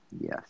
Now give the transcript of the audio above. Yes